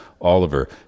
Oliver